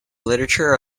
literature